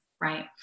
right